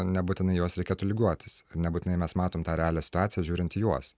nebūtinai į juos reikėtų lygiuotis ir nebūtinai mes matom tą realią situaciją žiūrint į juos